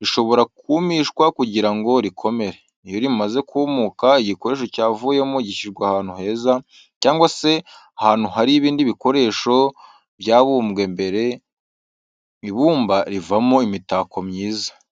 rishobora kumishwa kugira ngo rikomere. Iyo rimaze kumuka, igikoresho cyavuyemo gishyirwa ahantu heza, cyangwa se ahantu hari ibindi bikoresho byabumbwe mbere. Ibumba rivamo imitako myiza.